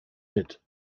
mit